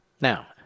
Now